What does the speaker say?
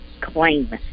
claim